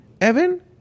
Evan